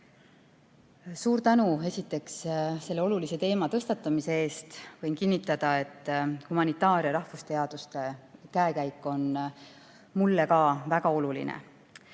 Suur tänu esiteks selle olulise teema tõstatamise eest! Võin kinnitada, et humanitaar- ja rahvusteaduste käekäik on mulle ka väga oluline.